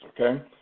okay